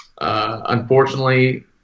unfortunately